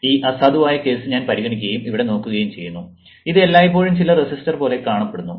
ഈ അസാധുവായ കേസ് ഞാൻ പരിഗണിക്കുകയും ഇവിടെ നോക്കുകയും ചെയ്യുന്നു ഇത് എല്ലായ്പ്പോഴും ചില റെസിസ്റ്റർ പോലെ കാണപ്പെടുന്നു